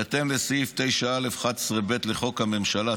בהתאם לסעיף 9(א)(11) ו-9(ב) לחוק הממשלה,